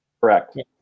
Correct